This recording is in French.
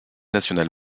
nationale